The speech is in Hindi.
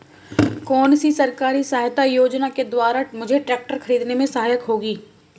कौनसी सरकारी सहायता योजना के द्वारा मुझे ट्रैक्टर खरीदने में सहायक होगी?